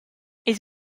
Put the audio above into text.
ils